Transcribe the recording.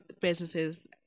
businesses